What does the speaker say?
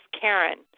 Karen